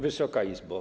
Wysoka Izbo!